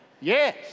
Yes